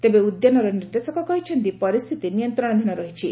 ତେବେ ଉଦ୍ୟାନର ନିର୍ଦ୍ଦେଶକ କହିଛନ୍ତି ପରିସ୍ଥିତି ନିୟନ୍ତ୍ରଣାଧୀନ ରହିଛି